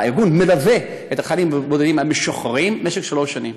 הארגון מלווה את החיילים הבודדים המשוחררים במשך שלוש שנים